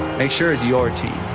make sure it's your team.